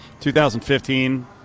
2015